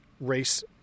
race